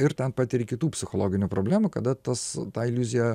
ir ten patiri kitų psichologinių problemų kada tas ta iliuzija